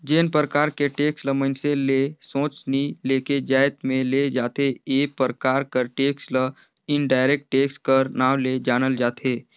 जेन परकार के टेक्स ल मइनसे ले सोझ नी लेके जाएत में ले जाथे ए परकार कर टेक्स ल इनडायरेक्ट टेक्स कर नांव ले जानल जाथे